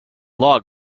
log